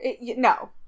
No